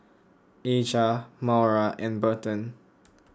Aja Maura and Berton